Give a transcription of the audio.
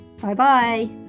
Bye-bye